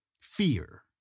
fear